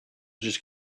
just